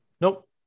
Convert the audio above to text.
Nope